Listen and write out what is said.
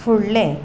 फुळ्ळें